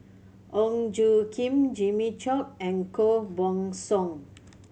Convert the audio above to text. Ong Tjoe Kim Jimmy Chok and Koh Buck Song